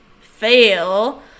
fail